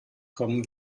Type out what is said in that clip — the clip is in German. kommen